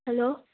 hello